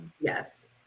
Yes